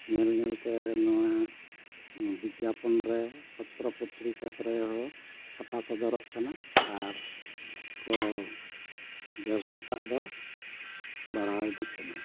ᱧᱮᱞ ᱧᱮᱞ ᱛᱮ ᱱᱚᱣᱟ ᱵᱤᱜᱽᱜᱟᱯᱚᱱ ᱨᱮ ᱯᱚᱛᱨᱚ ᱯᱚᱛᱨᱤᱠᱟ ᱠᱚᱨᱮ ᱦᱚᱸ ᱪᱷᱟᱯᱟ ᱥᱚᱫᱚᱨᱚᱜ ᱠᱟᱱᱟ ᱟᱨ ᱠᱚ ᱵᱮᱵᱽᱥᱟᱴᱟᱜ ᱫᱚ ᱵᱟᱲᱦᱟᱣ ᱤᱫᱤᱜ ᱠᱟᱱᱟ